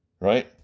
right